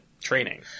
training